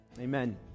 Amen